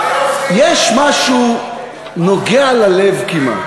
יש משהו נוגע ללב כמעט,